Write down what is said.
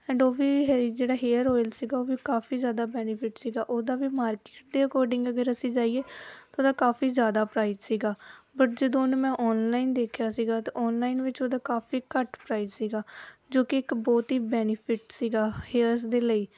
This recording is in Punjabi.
ਐਂਡ ਉਹ ਵੀ ਹੇਈ ਜਿਹੜਾ ਹੇਅਰ ਓਇਲ ਸੀਗਾ ਉਹ ਕਾਫੀ ਜ਼ਿਆਦਾ ਬੈਨੀਫਿਟ ਸੀਗਾ ਉਹਦਾ ਵੀ ਮਾਰਕੀਟ ਦੇ ਅਕੋਰਡਿੰਗ ਅਗਰ ਅਸੀਂ ਜਾਈਏ ਤਾਂ ਉਹਦਾ ਕਾਫੀ ਜ਼ਿਆਦਾ ਪ੍ਰਾਈਜ਼ ਸੀਗਾ ਬਟ ਜਦੋਂ ਉਹਨੂੰ ਮੈਂ ਔਨਲਾਈਨ ਦੇਖਿਆ ਸੀਗਾ ਤਾਂ ਔਨਲਾਈਨ ਵਿੱਚ ਉਹਦਾ ਕਾਫੀ ਘੱਟ ਪ੍ਰਾਈਜ਼ ਸੀਗਾ ਜੋ ਕਿ ਇੱਕ ਬਹੁਤ ਹੀ ਬੈਨੀਫਿਟ ਸੀਗਾ ਹੇਅਰਸ ਦੇ ਲਈ